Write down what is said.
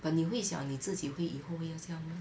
but 你会想你自己会以后会要这样 mah